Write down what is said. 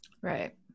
Right